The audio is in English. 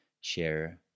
share